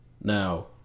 Now